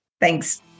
Thanks